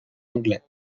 anglais